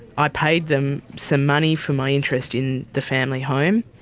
i paid them some money for my interest in the family home.